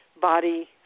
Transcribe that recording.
body